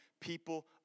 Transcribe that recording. people